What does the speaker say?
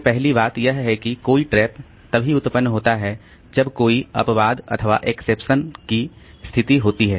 तो पहली बात यह है कि कोई ट्रैप तभी उत्पन्न होता है जब कोई अपवाद एक्सेप्शन की स्थिति होती है